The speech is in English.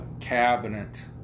cabinet